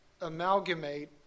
amalgamate